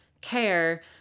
care